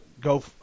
go –